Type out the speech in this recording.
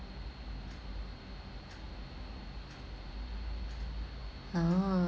oo